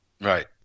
Right